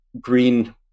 Green